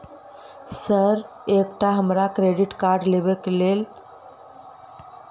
Sir एकटा हमरा credit card लेबकै छैय ओई लैल की करऽ परतै?